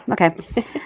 okay